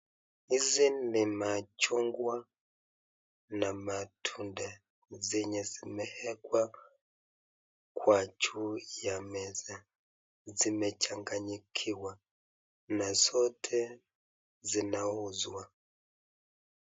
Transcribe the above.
Hizi ni machungwa na matunda zenye zimewekwa kwa juu ya meza zimechanganyikiwa na zote zinauzwa.